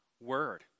word